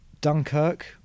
Dunkirk